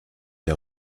der